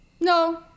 no